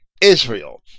Israel